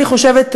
אני חושבת,